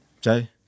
Jay